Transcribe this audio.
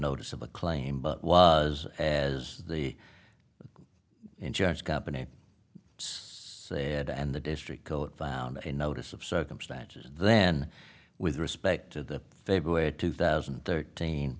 notice of a claim but was as the insurance company said and the district court found a notice of circumstances then with respect to the february two thousand and thirteen